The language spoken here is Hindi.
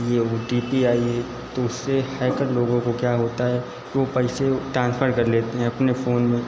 यह ओ टी पी आई है तो उससे हैकर लोगों को क्या होता है वह पैसे टांसफर कर लेते हैं अपने फ़ोन में